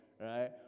right